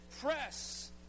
press